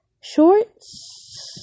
shorts